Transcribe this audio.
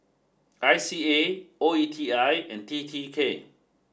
I C A O E T I and T T K